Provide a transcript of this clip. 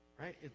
right